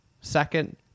second